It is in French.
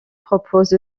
propose